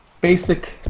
Basic